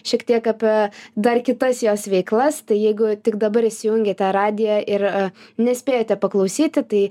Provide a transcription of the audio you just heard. šiek tiek apie dar kitas jos veiklas tai jeigu tik dabar įsijungėte radiją ir a nespėjote paklausyti tai